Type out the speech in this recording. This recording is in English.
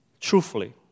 truthfully